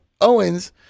Owens